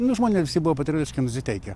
nu žmonės visi buvo patriotiškai nusiteikę